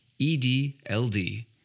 edld